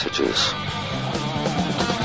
messages